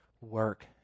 work